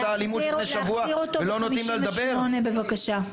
להחזיר אותו ב-12:58, בבקשה.